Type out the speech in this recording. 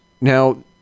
now